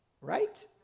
Right